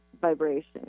vibration